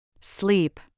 Sleep